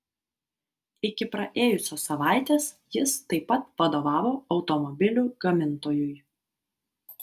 iki praėjusios savaitės jis taip pat vadovavo automobilių gamintojui